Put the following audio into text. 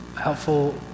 Helpful